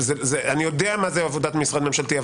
אני יודע מה זו עבודת משרד ממשלתי,